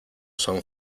son